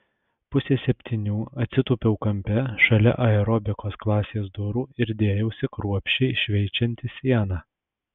pusę septynių atsitūpiau kampe šalia aerobikos klasės durų ir dėjausi kruopščiai šveičianti sieną